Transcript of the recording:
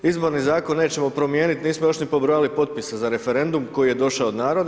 Izborni Zakon nećemo promijeniti, nismo još ni pobrojali potpise za referendum koji je došao od naroda.